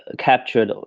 ah captured, ah